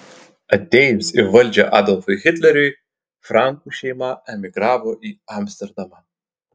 atėjus į valdžią adolfui hitleriui frankų šeima emigravo į amsterdamą